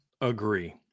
Agree